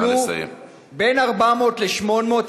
עלו בין 400 ל-800,